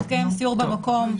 התקיים סיור במקום.